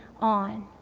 on